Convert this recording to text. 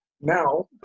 now